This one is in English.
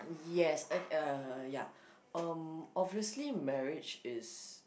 yes uh ya um obviously marriage is